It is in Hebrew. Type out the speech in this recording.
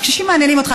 הקשישים מעניינים אותך.